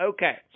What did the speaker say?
Okay